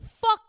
Fuck